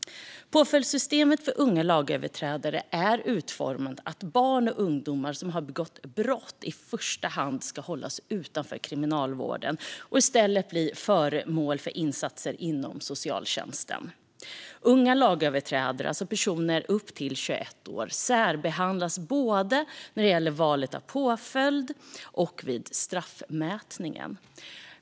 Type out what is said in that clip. Påföljdssystemet för unga lagöverträdare är utformat utifrån att barn och ungdomar som har begått brott i första hand ska hållas utanför kriminalvården och i stället bli föremål för insatser inom socialtjänsten. Unga lagöverträdare, alltså personer upp till 21 år, särbehandlas både när det gäller valet av påföljd och vid straffmätningen.